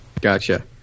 Gotcha